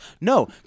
No